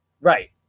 Right